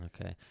Okay